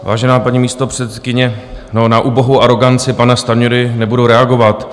Vážená paní místopředsedkyně, no, na ubohou aroganci pana Stanjury nebudu reagovat.